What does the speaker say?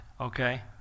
Okay